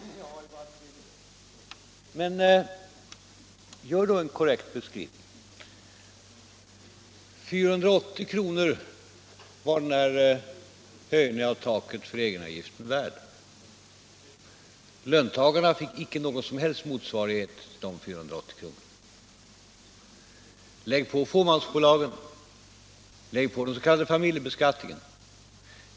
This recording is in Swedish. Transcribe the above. Herr talman! Jag har bara tre minuter. Gör då en korrekt beskrivning, herr Mundebo! 480 kr. var höjningen av taket för egenavgiften värd. Löntagarna fick icke någon som helst motsvarighet till de 480 kronorna. Lägg på fåmansbolagen! Lägg på den s.k. familjebeskattningen!